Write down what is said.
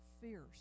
fierce